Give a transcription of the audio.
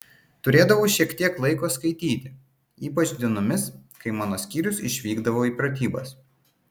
turėdavau šiek tiek laiko skaityti ypač dienomis kai mano skyrius išvykdavo į pratybas